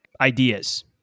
ideas